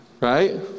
right